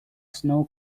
snow